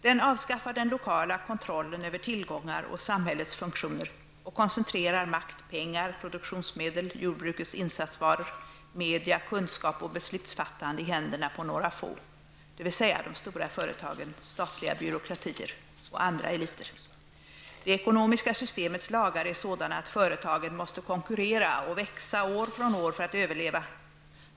Den avskaffar den lokala kontrollen över tillgångar och samhällets funktioner och koncentrerar makt, pengar, produktionsmedel, jordbrukets insatsvaror, media, kunskap och beslutsfattande i händerna på några få, dvs. de stora företagen, statliga byråkratier och andra eliter. -- Det ekonomiska systemets lagar är sådana att företagen måste konkurrera och växa år från år för att överleva.